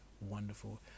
wonderful